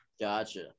Gotcha